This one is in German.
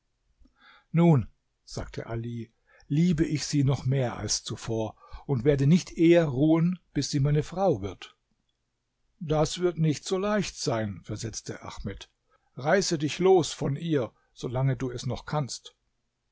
nun sagte ali liebe ich sie noch mehr als zuvor und werde nicht eher ruhen bis sie meine frau wird das wird nicht so leicht sein versetzte ahmed reiße dich los von ihr solange du es noch kannst